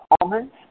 almonds